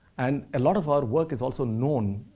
and a lot of our work is also known